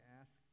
ask